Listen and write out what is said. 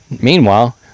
Meanwhile